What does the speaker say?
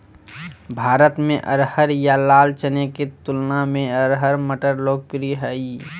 भारत में अरहर या लाल चने के तुलना में अरहर मटर लोकप्रिय हइ